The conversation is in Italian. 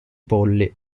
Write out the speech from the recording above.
polli